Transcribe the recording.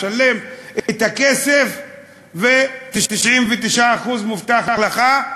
שלם את הכסף ו-99% מובטח לך,